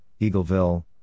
Eagleville